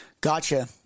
gotcha